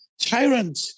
tyrant